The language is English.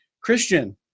Christian